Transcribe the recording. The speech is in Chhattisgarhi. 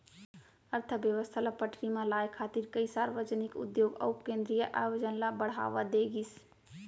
अर्थबेवस्था ल पटरी म लाए खातिर कइ सार्वजनिक उद्योग अउ केंद्रीय आयोजन ल बड़हावा दे गिस